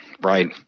Right